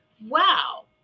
Wow